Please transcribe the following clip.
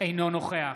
אינו נוכח